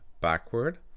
backward